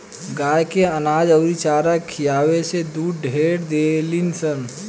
गाय के अनाज अउरी चारा खियावे से दूध ढेर देलीसन